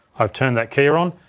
i've turned that keyer on,